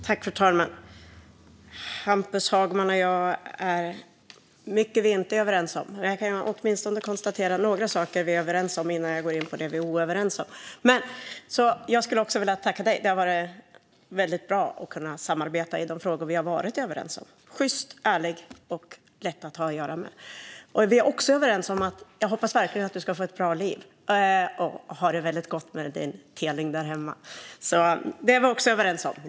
Fru talman! Det är mycket som Hampus Hagman och jag inte är överens om, men jag kan åtminstone konstatera några saker vi är överens om innan jag går in på det vi inte är överens om. Jag skulle också vilja tacka dig, Hampus Hagman. Det har varit väldigt bra att kunna samarbeta i de frågor vi har varit överens om. Du är sjyst, ärlig och lätt att ha att göra med. Jag hoppas verkligen att du ska få ett bra liv och ha det gott med din telning där hemma. Det är vi också överens om!